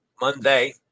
Monday